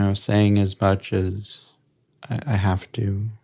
um saying as much as i have to.